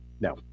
No